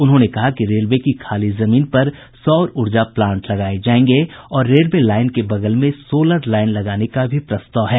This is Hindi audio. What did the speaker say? उन्होंने कहा कि रेलवे की खाली जमीन पर सौर ऊर्जा प्लांट लगाये जायेंगे और रेलवे लाईन के बगल में सोलर लाईन लगाने का भी प्रस्ताव है